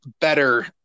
better